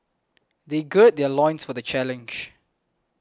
they gird their loins for the challenge